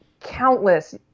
countless